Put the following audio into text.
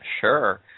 Sure